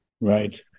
Right